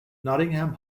nottingham